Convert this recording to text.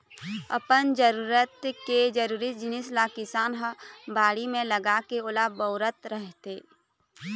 अपन जरूरत के जरुरी जिनिस ल किसान ह बाड़ी म लगाके ओला बउरत रहिथे